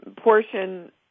portion